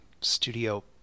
studio